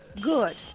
Good